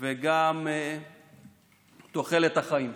וגם תוחלת החיים.